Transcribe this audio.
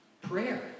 Prayer